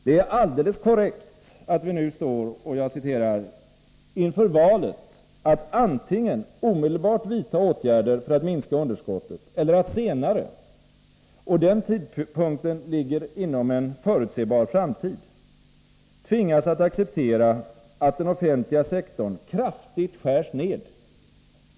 Det är alldeles korrekt att vi nu står ”inför valet att antingen omedelbart vidta åtgärder för att minska underskottet eller att senare — och den tidpunkten ligger inom en förutsebar framtid — tvingas att acceptera att den offentliga sektorn kraftigt skärs ned”.